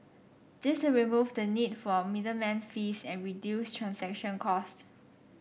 this will remove the need for middleman fees and reduce transaction cost